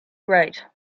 great